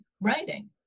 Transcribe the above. writing